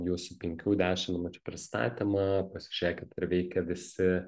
jūsų penkių dešim minučių pristatymą pasižėkit ar veikia visi